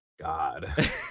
God